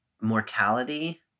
mortality